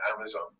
Amazon